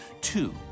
Two